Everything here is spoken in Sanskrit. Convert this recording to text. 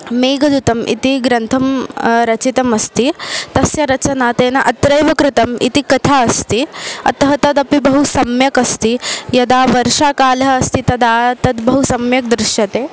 मेघदूतम् इति ग्रन्थं रचितम् अस्ति तस्य रचना तेन अत्रैव कृतम् इति कथा अस्ति अतः तदपि बहु सम्यक् अस्ति यदा वर्षाकालः अस्ति तदा तद् बहु सम्यक् दृश्यते